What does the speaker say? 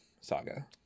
saga